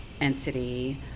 entity